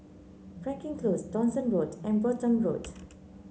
Frankel Close Dawson Road and Brompton Road